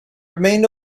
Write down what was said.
remained